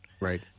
Right